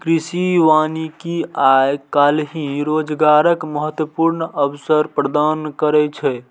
कृषि वानिकी आइ काल्हि रोजगारक महत्वपूर्ण अवसर प्रदान करै छै